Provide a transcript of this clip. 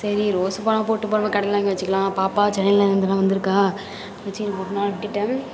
சரி ரோஸ் போனா போட்டும்பா நம்ம கடையில் வாங்கி வச்சுக்கிலாம் பாப்பா சென்னையில் இருந்தெலாம் வந்திருக்கா வச்சுக்கிட்டு போகட்டும் அப்படினு நானும் விட்டுவிட்டேன்